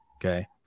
Okay